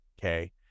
Okay